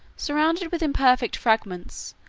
surrounded with imperfect fragments,